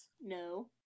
No